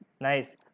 Nice